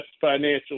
financial